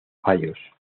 fallos